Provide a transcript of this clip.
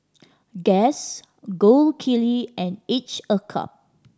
Guess Gold Kili and Each a Cup